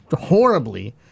horribly